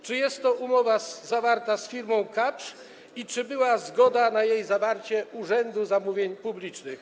Czy jest to umowa zawarta z firmą Kapsch i czy była zgoda na jej zawarcie Urzędu Zamówień Publicznych?